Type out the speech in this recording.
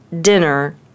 dinner